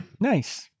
nice